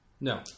No